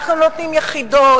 אנחנו נותנים יחידות,